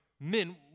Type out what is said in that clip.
men